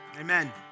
Amen